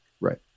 Right